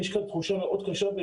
יש כאן תחושה מאוד קשה.